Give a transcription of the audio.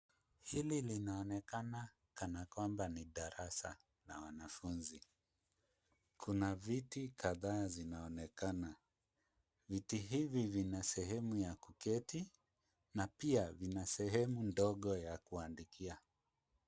Hili linaonekana kana kwamba ni darasa la wanafunzi. Kuna viti kadhaa zinaonekana. Viti hivi vina sehemu ya kuketi na pia vina sehemu ndogo ya kuandikia.